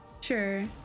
Sure